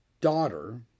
daughter